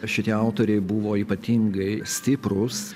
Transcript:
šitie autoriai buvo ypatingai stiprūs